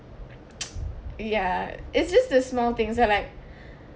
ya it's just the small things or like